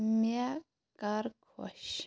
مےٚ کَر خۄش